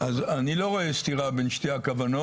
אז אני לא רואה סתירה בין שתי הכוונות,